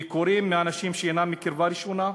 ביקורים מאנשים שאינם מקרבה ראשונה?